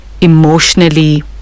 emotionally